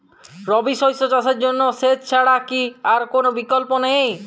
রবি শস্য চাষের জন্য সেচ ছাড়া কি আর কোন বিকল্প নেই?